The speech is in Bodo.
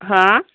हो